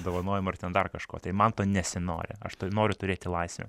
dovanojimą ar ten dar kažko tai man to nesinori aš noriu turėti laisvę